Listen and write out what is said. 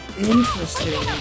Interesting